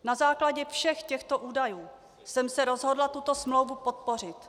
Na základě všech těchto údajů jsem se rozhodla tuto smlouvu podpořit.